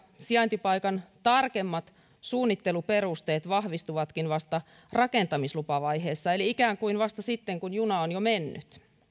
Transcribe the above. sijaintipaikan tarkemmat suunnitteluperusteet vahvistuvatkin vasta rakentamislupavaiheessa eli ikään kuin vasta sitten kun juna on jo mennyt